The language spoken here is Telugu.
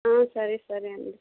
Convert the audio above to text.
మ్మ్ సరే సరే అండి